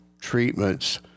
treatments